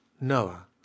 noah